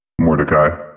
Mordecai